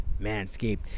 MANSCAPED